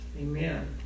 Amen